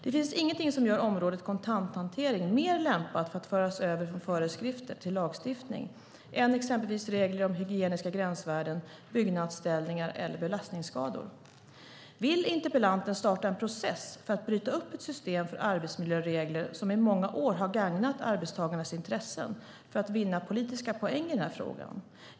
Det finns ingenting som gör området kontanthantering mer lämpat för att föras över från föreskrifter till lagstiftning än exempelvis regler om hygieniska gränsvärden, byggnadsställningar eller belastningsskador. Vill interpellanten starta en process för att bryta upp ett system för arbetsmiljöregler, som i många år har gagnat arbetstagarnas intressen, för att vinna politiska poäng i den här frågan?